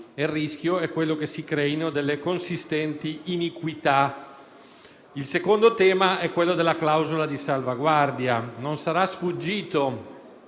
Il rischio è che si creino consistenti iniquità. Il secondo tema concerne la clausola di salvaguardia. Non sarà sfuggito